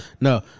No